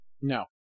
No